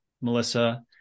Melissa